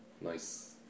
Nice